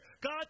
God